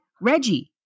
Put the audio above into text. Reggie